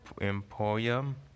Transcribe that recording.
emporium